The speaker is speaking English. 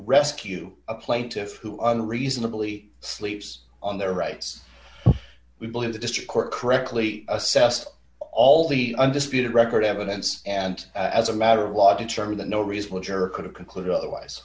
rescue a plaintiff who on the reasonable eat sleeps on their rights we believe the district court correctly assessed all the undisputed record evidence and as a matter of law determine that no reasonable juror could have concluded otherwise